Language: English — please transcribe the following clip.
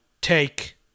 take